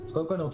כל נושא